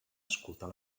escoltar